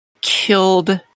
killed